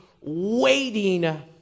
waiting